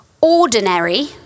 ordinary